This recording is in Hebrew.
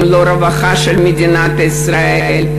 הם לא הרווחה של מדינת ישראל,